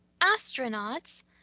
astronauts